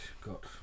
got